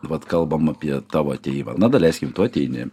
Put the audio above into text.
vat kalbam apie tavo atėjimą na daleiskim tu ateini